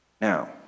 Now